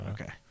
Okay